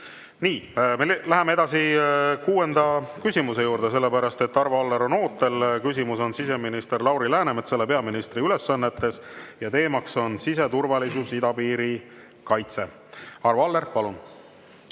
Nii. Läheme edasi kuuenda küsimuse juurde, sellepärast et Arvo Aller on ootel. Küsimus on siseminister Lauri Läänemetsale peaministri ülesannetes ja teema on siseturvalisus, idapiiri kaitse. Arvo Aller, palun!